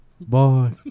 Bye